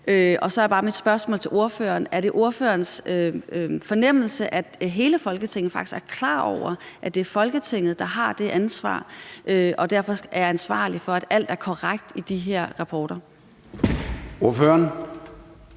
Så er bare mit spørgsmål til ordføreren: Er det ordførerens fornemmelse, at hele Folketinget faktisk er klar over, at det er Folketinget, der har det ansvar og derfor er ansvarlig for, at alt er korrekt i de her rapporter? Kl.